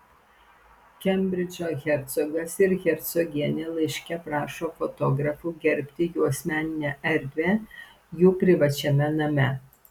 kembridžo hercogas ir hercogienė laiške prašo fotografų gerbti jų asmeninę erdvę jų privačiame name